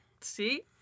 See